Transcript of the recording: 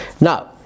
Now